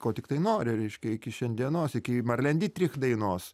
ko tiktai nori reiškia iki šiandienos iki marlen ditrich dainos